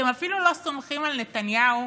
אתם אפילו לא סומכים על נתניהו